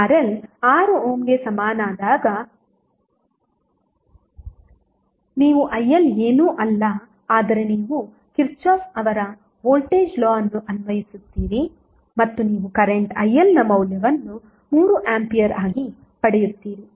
RL 6 ಓಮ್ಗೆ ಸಮನಾದಾಗ ನೀವು IL ಏನೂ ಅಲ್ಲ ಆದರೆ ನೀವು ಕಿರ್ಚಾಫ್ ಅವರ ವೋಲ್ಟೇಜ್ ಲಾ ಅನ್ನು ಅನ್ವಯಿಸುತ್ತೀರಿ ಮತ್ತು ನೀವು ಕರೆಂಟ್ ILನ ಮೌಲ್ಯವನ್ನು 3 A ಆಗಿ ಪಡೆಯುತ್ತೀರಿ